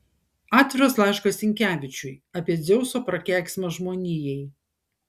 atviras laiškas sinkevičiui apie dzeuso prakeiksmą žmonijai